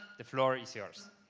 the floor is yours.